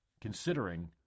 considering